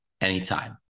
anytime